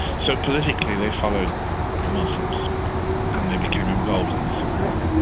so politically they followed the muslims and they became involved in the civil war.